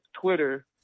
Twitter